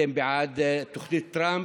אתם בעד תוכנית טראמפ?